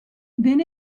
then